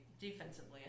Defensively